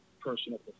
personal